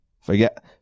Forget